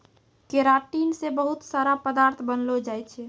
keratin से बहुत सारा पदार्थ बनलो जाय छै